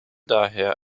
daher